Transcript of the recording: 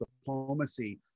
diplomacy